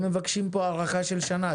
הם מבקשים כאן הארכה של שנה.